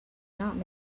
not